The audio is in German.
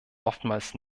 oftmals